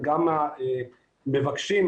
וגם המבקשים,